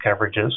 coverages